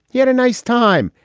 he had a nice time.